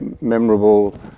memorable